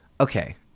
Okay